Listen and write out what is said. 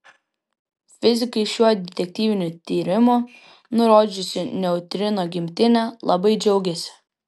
fizikai šiuo detektyviniu tyrimu nurodžiusiu neutrino gimtinę labai džiaugiasi